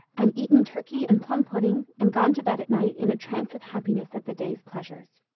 and eaten turkey and plum pudding, and gone to bed at night in a trance of happiness at the day's pleasures.